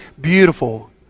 beautiful